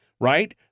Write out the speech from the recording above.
right